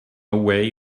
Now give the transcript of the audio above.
way